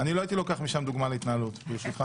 אני לא הייתי לוקח משם דוגמה להתנהלות, ברשותך.